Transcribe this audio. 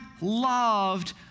loved